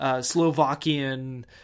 Slovakian